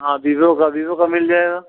हाँ बीवो का बीवो का मिल जाएगा